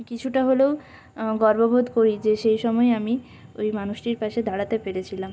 কিছুটা হলেও গর্ব বোধ করি যে সেই সময় আমি ওই মানুষটির পাশে দাঁড়াতে পেরেছিলাম